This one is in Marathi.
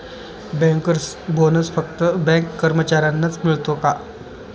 बँकर्स बोनस फक्त बँक कर्मचाऱ्यांनाच मिळतो का?